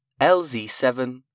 LZ7